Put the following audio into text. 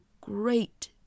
great